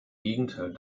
gegenteil